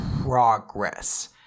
progress